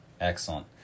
Excellent